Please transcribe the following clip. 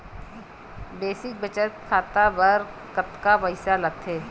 Basic बचत खाता बर कतका पईसा लगथे?